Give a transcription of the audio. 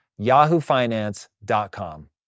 yahoofinance.com